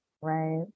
Right